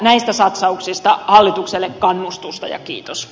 näistä satsauksista hallitukselle kannustusta ja kiitos